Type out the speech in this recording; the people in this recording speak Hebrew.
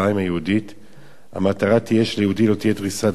המטרה היא שליהודי לא תהיה דריסת רגל באתרים,